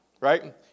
right